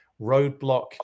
roadblock